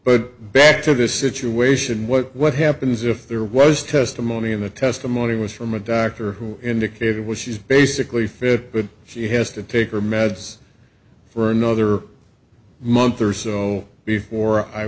but back to this situation what what happens if there was testimony in the testimony was from a doctor who indicated it was she's basically fit but she has to take her meds for another month or so before i